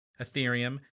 Ethereum